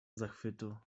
zachwytu